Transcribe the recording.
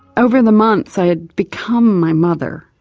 over the months i had become my mother,